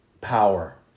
power